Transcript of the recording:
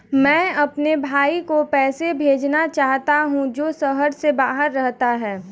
मैं अपने भाई को पैसे भेजना चाहता हूँ जो शहर से बाहर रहता है